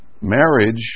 marriage